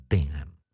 Bingham